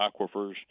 aquifers